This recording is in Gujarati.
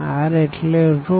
R એટલે રો